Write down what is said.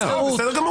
בסדר גמור.